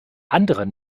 andere